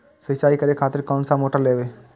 सीचाई करें खातिर कोन सा मोटर लेबे?